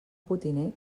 potiner